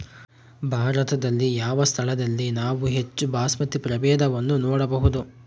ಭಾರತದಲ್ಲಿ ಯಾವ ಸ್ಥಳದಲ್ಲಿ ನಾವು ಹೆಚ್ಚು ಬಾಸ್ಮತಿ ಪ್ರಭೇದವನ್ನು ನೋಡಬಹುದು?